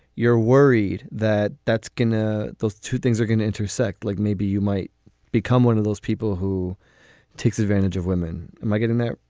you're worried that that's going to ah those two things are going to intersect like maybe you might become one of those people who takes advantage of women. um i get in there.